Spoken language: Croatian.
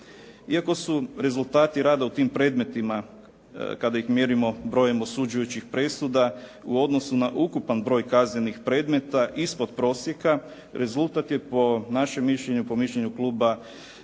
Iako su rezultati rada u tim predmetima kada ih mjerimo brojem osuđujućih presuda u odnosu na ukupan broj kaznenih predmeta ispod prosjeka, rezultat je po našem mišljenju po mišljenju Kluba